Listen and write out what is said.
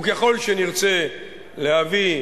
וככל שנרצה להביא,